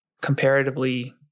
comparatively